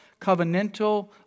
covenantal